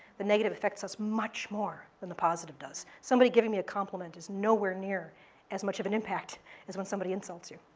the negative affects us much more than the positive does. somebody giving me a compliment is nowhere near as much of an impact as when somebody insults you.